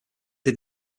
did